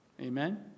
Amen